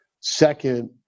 second